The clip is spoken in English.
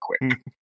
quick